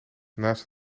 naast